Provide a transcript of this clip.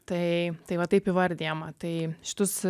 tai tai va taip įvardijama tai šitus